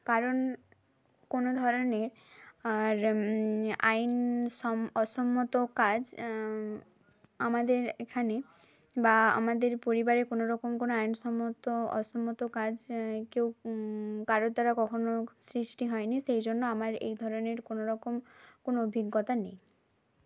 কারণ কোনো ধরনের আর আইন সম অসম্মত কাজ আমাদের এখানে বা আমাদের পরিবারে কোনোরকম কোনো আইন সম্মত অসম্মত কাজ কেউ কারোর দ্বারা কখনো সৃষ্টি হয়নি সেই জন্য আমার এই ধরনের কোনোরকম কোনো অভিজ্ঞতা নেই